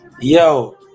yo